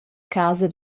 casa